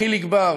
חיליק בר,